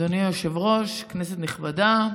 אדוני היושב-ראש, כנסת נכבדה,